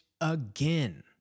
again